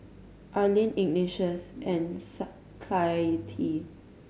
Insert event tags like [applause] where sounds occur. Arlene Ignatius and [unintelligible] Clytie